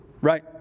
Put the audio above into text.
right